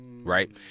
Right